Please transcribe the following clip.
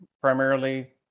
primarily